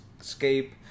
escape